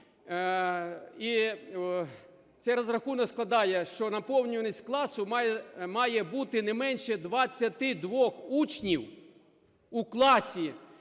і цей розрахунок складає, що наповнюваність класу має бути не менше 22 учнів у класі,